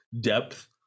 depth